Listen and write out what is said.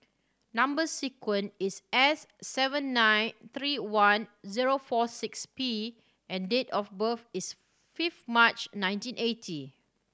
number sequence is S seven nine three one zero four six P and date of birth is fifth March nineteen eighty